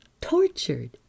tortured